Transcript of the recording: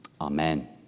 Amen